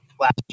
last